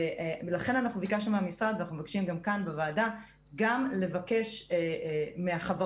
לכן ביקשנו מהמשרד ואנחנו מבקשים גם כאן בוועדה גם לבקש מהחברות